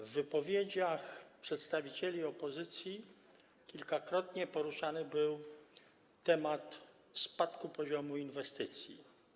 W wypowiedziach przedstawicieli opozycji kilkakrotnie poruszany był temat spadku poziomu inwestycji.